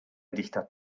dichter